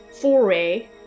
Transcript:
foray